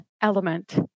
element